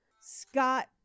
Scott